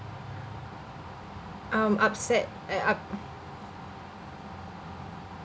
um upset uh up~